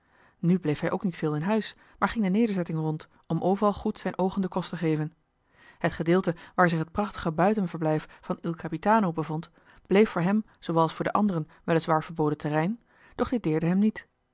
nu bleef hij ook niet veel in huis maar ging de nederzetting rond om overal goed zijn oogen den kost te geven het gedeelte waar zich het prachtige buitenverblijf van il capitano bevond bleef voor hem zoowel als voor de anderen wel is waar verboden terrein doch dit deerde hem niet